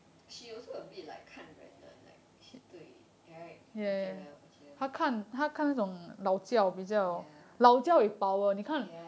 she also a bit like 看人的 like she 对 right okay okay ya ya